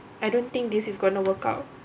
I don't think this is gonna workout